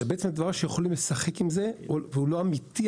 זה בעצם דבר שיכולים לשחק איתו והוא לא אמיתי.